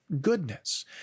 goodness